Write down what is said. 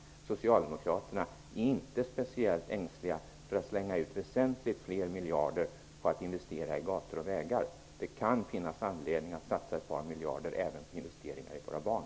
Socialdemokraterna är inte speciellt ängsliga för att slänga ut väsentligt fler miljarder på investeringar i gator och vägar. Det kan finnas anledning att satsa ett par miljarder även på investeringar i våra barn.